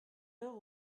heure